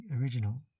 original